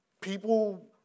people